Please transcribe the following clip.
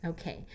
Okay